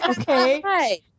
okay